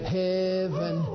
heaven